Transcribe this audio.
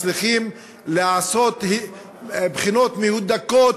מצליחים לעשות בחינות מהודקות,